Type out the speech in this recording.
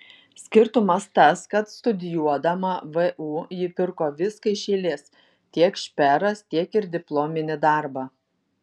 skirtumas tas kad studijuodama vu ji pirko viską iš eilės tiek šperas tiek ir diplominį darbą